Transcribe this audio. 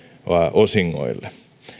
osingoille